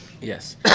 Yes